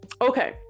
okay